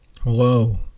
Hello